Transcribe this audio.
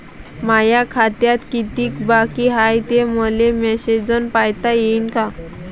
माया खात्यात कितीक बाकी हाय, हे मले मेसेजन पायता येईन का?